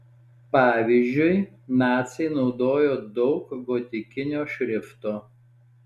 pavyzdžiui naciai naudojo daug gotikinio šrifto